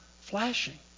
flashing